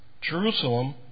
Jerusalem